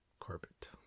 carpet